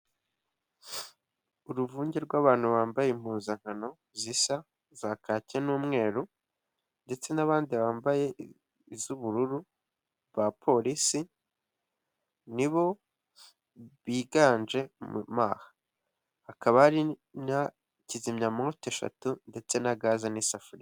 Uruvunge rw'abantu bambaye impuzankano zisa za kate n'umweru, ndetse n'abandi bambaye iz'ubururu ba polisi nibo biganje mo aha hakaba hari na kizimyamota eshatu ndetse na gaze n'isafuriya.